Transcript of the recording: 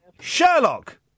Sherlock